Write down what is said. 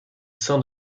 sein